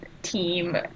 team